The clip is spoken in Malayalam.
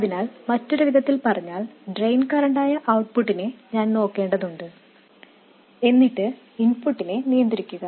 അതിനാൽ മറ്റൊരു വിധത്തിൽ പറഞ്ഞാൽ ഡ്രെയിൻ കറന്റായ ഔട്ട്പുട്ടിനെ ഞാൻ നോക്കേണ്ടതുണ്ട് എന്നിട്ട് ഇൻപുട്ടിനെ നിയന്ത്രിക്കണം